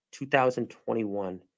2021